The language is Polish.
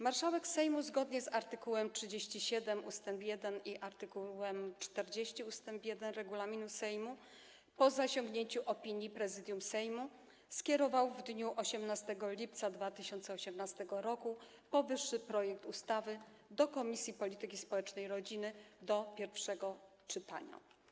Marszałek Sejmu, zgodnie z art. 37 ust. 1 i art. 40 ust. 1 regulaminu Sejmu, po zasięgnięciu opinii Prezydium Sejmu, skierował w dniu 18 lipca 2018 r. powyższy projekt ustawy do Komisji Polityki Społecznej i Rodziny do pierwszego czytania.